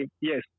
yes